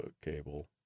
cable